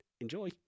Enjoy